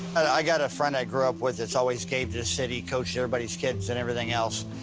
i got a friend i grew up with that's always gave to the city, coached everybody's kids, and everything else.